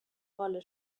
rolle